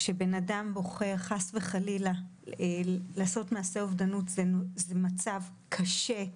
כשאדם בוחר חס וחלילה לעשות מעשה אובדנות זה מצב קשה,